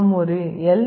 நாம் ஒரு எல்